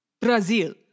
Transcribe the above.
Brazil